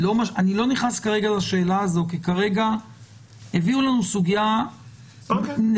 אני לא נכנס כרגע לשאלה הזו כי כרגע הביאו לנו סוגיה נקודתית.